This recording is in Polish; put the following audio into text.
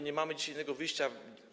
Nie mamy dzisiaj innego wyjścia.